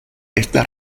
estas